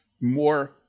more